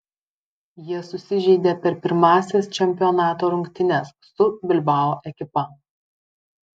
jie susižeidė per pirmąsias čempionato rungtynes su bilbao ekipa